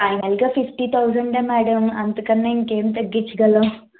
final గా fifty thousand madam అంతకన్నా ఇంకేం తగ్గించగలం